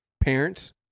parents